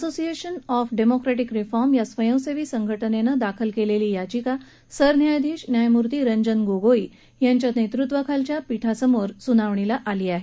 association of democratic reform या स्वयंसेवी संघटनेनं दाखल केलेली याचिका सरन्यायाधीश न्यायमूर्ती रंजन गोगोई यांच्या नेतृत्वाखाली खंडपीठासमोर सुनावणीला आली आहे